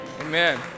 amen